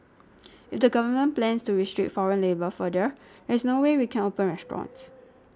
if the Government plans to restrict foreign labour further there is no way we can open restaurants